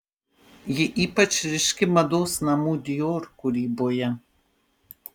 ji ypač ryški mados namų dior kūryboje